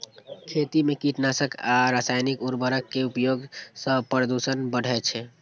खेती मे कीटनाशक आ रासायनिक उर्वरक के उपयोग सं प्रदूषण बढ़ै छै